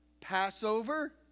Passover